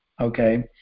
okay